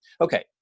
Okay